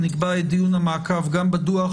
נקבע את דיון המעקב גם בדוח,